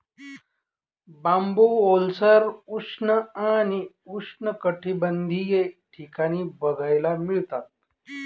बांबू ओलसर, उष्ण आणि उष्णकटिबंधीय ठिकाणी बघायला मिळतात